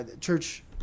church